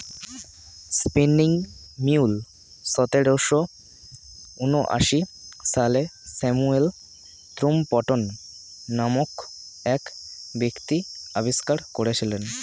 spinning mule সতেরোশো ঊনআশি সালে স্যামুয়েল ক্রম্পটন নামক এক ব্যক্তি আবিষ্কার করেছিলেন